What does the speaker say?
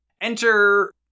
Enter